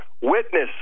witness